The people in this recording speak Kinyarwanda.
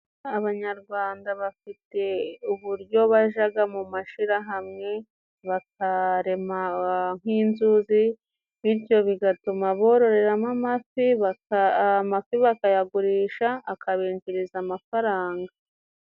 Abanyarwanda bafite uburyo bajyaga mu mashirahamwe, bakarema nk'inzuzi bityo bigatuma bororeramo amafi, amafi bakayagurisha akabinjiriza amafaranga.